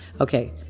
Okay